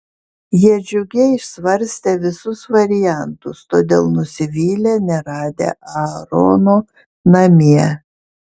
jie džiugiai svarstė visus variantus todėl nusivylė neradę aarono namie